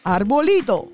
Arbolito